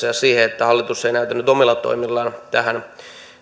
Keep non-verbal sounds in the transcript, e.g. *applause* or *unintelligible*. *unintelligible* ja siihen että hallitus ei näytä nyt omilla toimillaan tähän